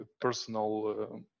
personal